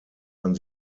man